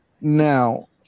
Now